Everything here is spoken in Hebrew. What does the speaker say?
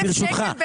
ולאדם שיש לו ילד.